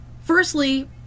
Firstly